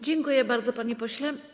Dziękuję bardzo, panie pośle.